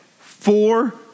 four